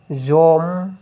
जम